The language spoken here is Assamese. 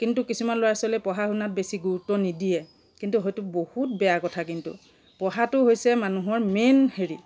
কিন্তু কিছুমান ল'ৰা ছোৱালীয়ে পঢ়া শুনাত বেছি গুৰুত্ব নিদিয়ে কিন্তু সেইটো বহুত বেয়া কথা কিন্তু পঢ়াটো হৈছে মানুহৰ মেইন হেৰি